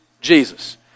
Jesus